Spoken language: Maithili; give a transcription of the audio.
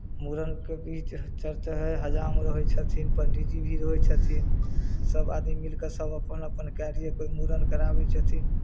मुड़नके गीत चलैत हइ हजाम रहै छथिन पण्डीजी भी रहै छथिन सभ आदमी मिलि कऽ सभ अपन अपन कार्य कोइ मुड़न कराबै छथिन